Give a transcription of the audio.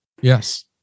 Yes